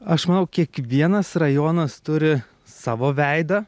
aš manau kiekvienas rajonas turi savo veidą